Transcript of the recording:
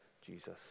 Jesus